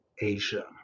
Asia